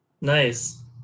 Nice